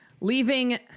leaving